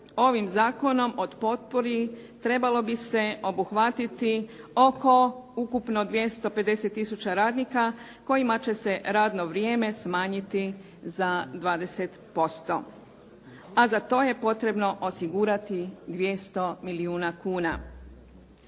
ovim Zakonom o potpori trebalo bi se obuhvatiti oko ukupno 250 tisuća radnika kojima će se radno vrijeme smanjiti za 20%, a za to je potrebno osigurati 200 milijuna kuna.